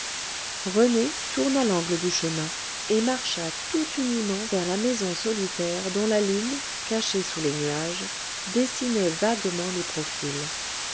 rené tourna l'angle du chemin et marcha tout uniment vers la maison solitaire dont la lune cachée sous les nuages dessinait vaguement les profils